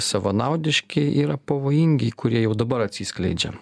savanaudiški yra pavojingi kurie jau dabar atsiskleidžia